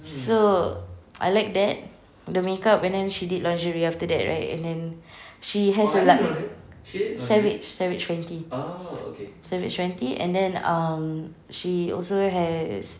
so I like that the makeup and then she did lingerie after that right and then she has a li~ Savage Savage fenty Savage fenty and then um she also has